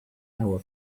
our